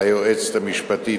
ליועצת המשפטית,